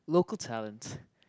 local talent